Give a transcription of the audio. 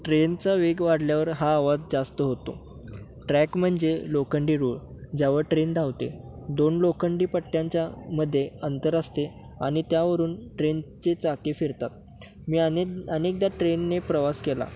ट्रेनचा वेग वाढल्यावर हा आवाज जास्त होतो ट्रॅक म्हणजे लोखंडी रोड ज्यावर ट्रेन धावते दोन लोखंडी पट्ट्यांच्या मध्ये अंतर असते आणि त्यावरून ट्रेनची चाके फिरतात मी आने अनेकदा ट्रेनने प्रवास केला